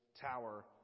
tower